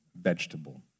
vegetable